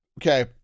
Okay